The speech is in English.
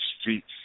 streets